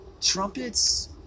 Trumpets